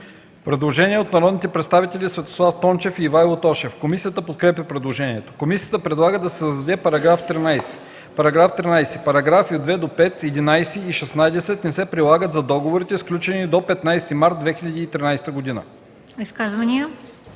Предложение от народните представители Светослав Тончев и Ивайло Тошев. Комисията подкрепя предложението. Комисията предлага да се създаде § 13: „§ 13. Параграфи 2-5, 11 и 16 не се прилагат за договорите, сключени до 15 март 2013 година.”